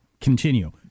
continue